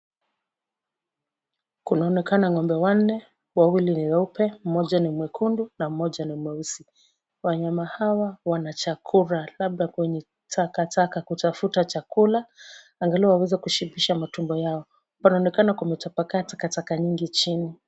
Kunaonekana ng'ombe wanne, wawili ni weupe, mmoja ni mwekundu na mmoja ni mweusi. Wanyama hawa wanachakura labda kwenye takataka kutafuta chakula angalau waweza kushibisha matumbo yao, panaonekana kumetapakaa takataka nyingi chini.